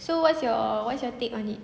so what's your what's your take on it